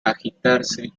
agitarse